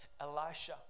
Elisha